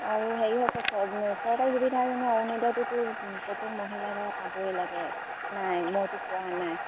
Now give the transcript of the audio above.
আৰু হেৰি হৈছে চ চৰকাৰী সুবিধা যেনে অৰুণোদয়টোতো প্ৰত্যেক মহিলাই ধৰা পাবই লাগে নাই মইটো পোৱা নাই